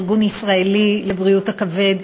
ארגון ישראלי לבריאות הכבד,